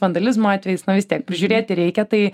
vandalizmo atvejis na vis tiek prižiūrėti reikia tai